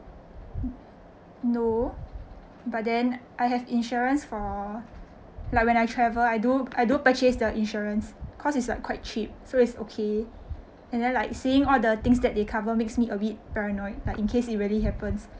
no but then I have insurance for like when I travel I do I do purchase the insurance cause it's like quite cheap so its okay and then like seeing all the things that they cover makes me a bit paranoid but in case it really happens